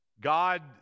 God